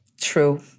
True